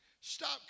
stop